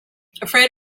afraid